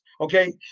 okay